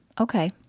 okay